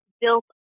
built